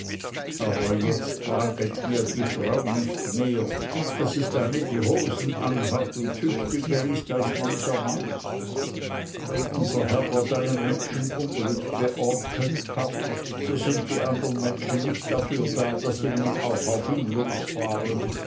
aber jetzt plaget mir die frau nicht mehr das ist eine die hosen anhat und tüchtiger ist als mancher mann wenn unser herrgott einem menschen unglück geordnet hat so sind die andern menschen nicht dafür da daß sie nun auch auf ihn losfahren